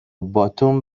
باتوم